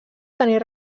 tenir